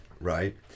right